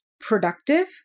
productive